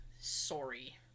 Sorry